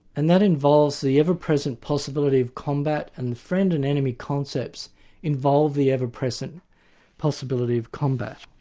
and that involves the ever-present possibility of combat and friend and enemy concepts involve the ever-present possibility of combat.